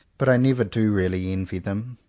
but i never do really envy them.